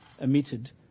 emitted